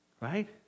Right